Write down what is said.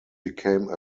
became